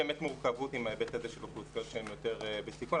מורכבות עם ההיבט הזה של אוכלוסיות שהן יותר בסיכון.